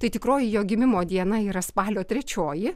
tai tikroji jo gimimo diena yra spalio trečioji